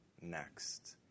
next